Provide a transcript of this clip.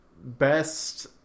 Best